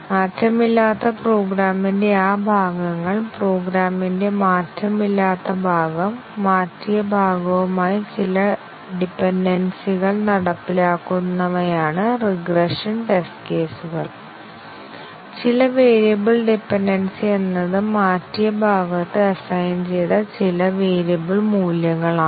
മാറ്റമില്ലാത്ത പ്രോഗ്രാമിന്റെ ആ ഭാഗങ്ങൾ പ്രോഗ്രാമിന്റെ മാറ്റമില്ലാത്ത ഭാഗം മാറ്റിയ ഭാഗവുമായി ചില ഡിപെൻഡെൻസികൾ നടപ്പിലാക്കുന്നവയാണ് റിഗ്രഷൻ ടെസ്റ്റ് കേസുകൾ ചില വേരിയബിൾ ഡിപെൻഡെൻസി എന്നത് മാറ്റിയ ഭാഗത്ത് അസ്സൈൻ ചെയ്ത ചില വേരിയബിൾ മൂല്യങ്ങളാണ്